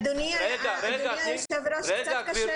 אדוני היושב-ראש, קצת קשה